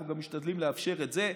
אנחנו משתדלים לאפשר גם את זה,